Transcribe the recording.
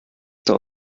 der